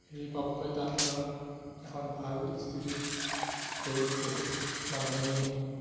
হেৰি পাবলৈ টান কাৰণ এখন ভাল ইনষ্টিটিউট য'ত বহুত মানুহেই